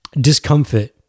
discomfort